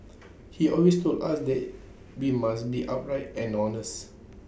he always told us that we must be upright and honest